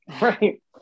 Right